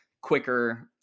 quicker